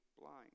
blind